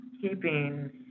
keeping